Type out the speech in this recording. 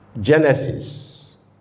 Genesis